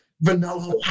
Vanilla